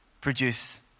produce